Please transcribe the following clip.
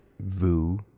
Vu